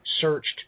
searched